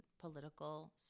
political